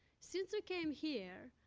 since we came here,